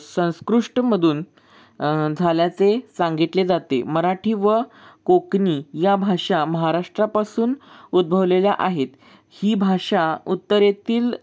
संस्कृष्टमधून झाल्याचे सांगितले जाते मराठी व कोकणी या भाषा महाराष्ट्रापासून उद्भवलेल्या आहेत ही भाषा उत्तरेतील